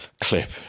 clip